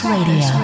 Radio